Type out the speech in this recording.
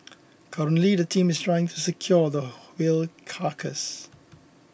currently the team is trying to secure the whale carcass